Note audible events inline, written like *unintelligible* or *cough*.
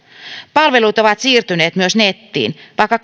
palvelut ovat siirtyneet myös nettiin vaikka *unintelligible*